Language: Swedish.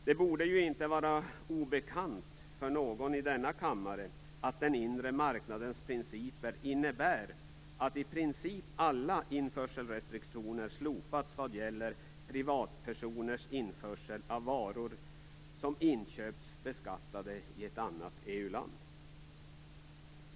Det borde ju inte vara obekant för någon i denna kammare att den inre marknadens principer innebär att i princip alla restriktioner slopats vad gäller privatpersoners införsel av varor som inköpts beskattade i ett annat EU-land.